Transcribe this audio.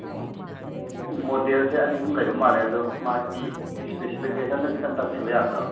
ꯑꯣ ꯃꯣꯗꯦꯜꯁꯦ ꯑꯅꯤ ꯑꯍꯨꯝ ꯂꯩꯕ ꯃꯥꯜꯂꯦ ꯑꯗꯣ ꯃꯥꯒꯤ ꯁ꯭ꯄꯦꯁꯤꯐꯤꯀꯦꯁꯟꯗꯨ ꯈꯤꯇꯪ ꯇꯥꯛꯄꯤꯕ ꯌꯥꯒꯗ꯭ꯔꯣ